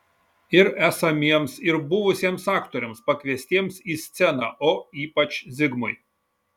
ir esamiems ir buvusiems aktoriams pakviestiems į sceną o ypač zigmui